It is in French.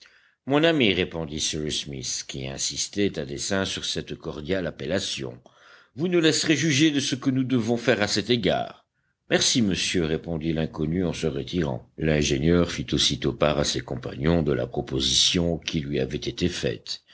mon ami répondit cyrus smith qui insistait à dessein sur cette cordiale appellation vous nous laisserez juger de ce que nous devons faire à cet égard merci monsieur répondit l'inconnu en se retirant l'ingénieur fit aussitôt part à ses compagnons de la proposition qui lui avait été faite